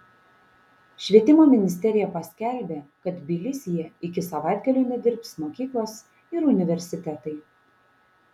švietimo ministerija paskelbė kad tbilisyje iki savaitgalio nedirbs mokyklos ir universitetai